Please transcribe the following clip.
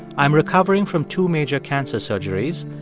i'm recovering from two major cancer surgeries.